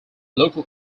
local